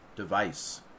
device